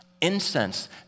Incense